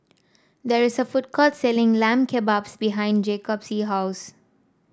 there is a food court selling Lamb Kebabs behind Jacoby's house